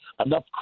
Enough